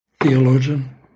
theologian